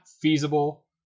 feasible